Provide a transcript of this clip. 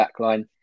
backline